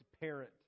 parent